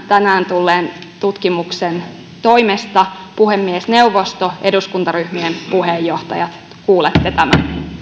tänään tulleen tutkimuksen johdosta puhemiesneuvosto eduskuntaryhmien puheenjohtajat kuulette tämän